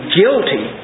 guilty